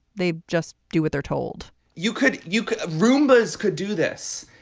they just do what they're told you could you could. rumors could do this.